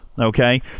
Okay